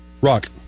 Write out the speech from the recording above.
Rock